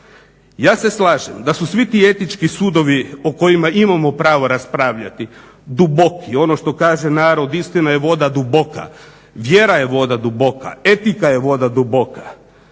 Ja se slažem da su svi ti etički sudovi o kojima imamo pravo raspravljati duboki, ono što kaže narod "Istina je voda duboka.", vjera je voda duboka, etika je voda duboka.